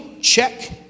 Check